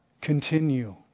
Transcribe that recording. Continue